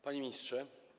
Panie Ministrze!